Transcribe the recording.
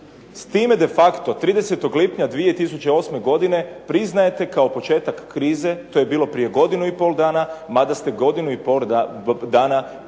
S time de facto 30. lipnja 2008. godine priznajete kao početak krize, to je bilo prije godinu i pol dana mada ste godinu i pol dana tu